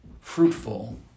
fruitful